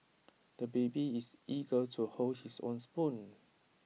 the baby is eager to hold his own spoon